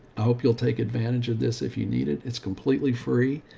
i hope you'll take advantage of this if you need it, it's completely free.